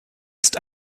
ist